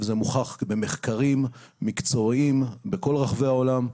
זה מוכח במחקרים מקצועיים בכל רחבי העולם.